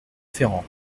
ferrand